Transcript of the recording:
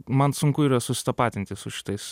man sunku yra susitapatinti su šitais